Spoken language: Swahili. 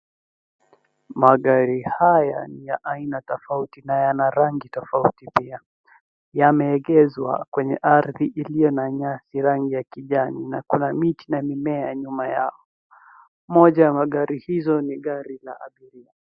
Magari haya ni ya aina tofauti na yana rangi tofauti pia. Yameegezwa kwenye ardhi iliyo na nyasi ya kijani na kuna miti na mimea nyuma yao. Moja ya magari hizo ni gari la abiria.